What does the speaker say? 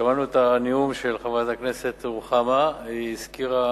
שמענו את הנאום של חברת הכנסת רוחמה, היא הזכירה